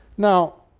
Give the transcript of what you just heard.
now,